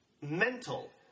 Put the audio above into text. mental